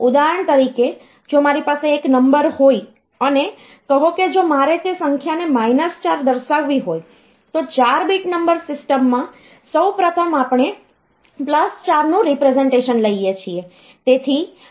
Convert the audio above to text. ઉદાહરણ તરીકે જો મારી પાસે એક નંબર હોય અને કહો કે જો મારે તે સંખ્યાને માઇનસ 4 દર્શાવવી હોય તો 4 બીટ નંબર સિસ્ટમમાં સૌ પ્રથમ આપણે પ્લસ 4 નું રીપ્રેસનટેશન લઈએ છીએ